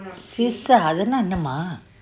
cyst ah அதே ந என்ன:athe naa enna mah